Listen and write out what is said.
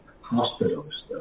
hospitals